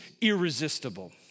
irresistible